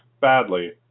badly